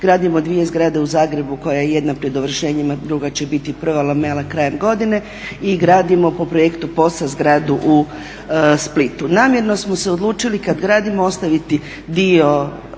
gradimo dvije zgrade u Zagrebu koja je jedna pred dovršenjem, druga će biti prva … krajem godine i gradimo po projektu POS-a zgradu u Splitu. Namjerno smo se odlučili kada gradimo ostaviti dio